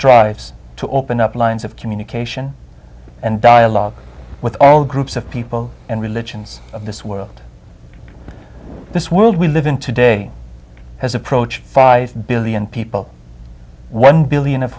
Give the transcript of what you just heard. strives to open up lines of communication and dialogue with all groups of people and religions of this world this world we live in today has approach five billion people one billion of